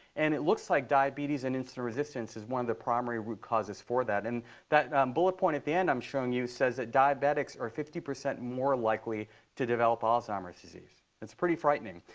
and it looks like diabetes and insulin resistance is one of the primary root causes for that. and that bullet point at the end i'm showing you says that diabetics are fifty percent more likely to develop alzheimer's disease. that's pretty frightening.